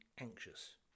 anxious